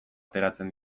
ateratzen